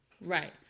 Right